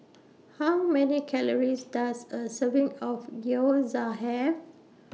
How Many Calories Does A Serving of Gyoza Have